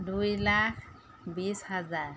দুই লাখ বিছ হাজাৰ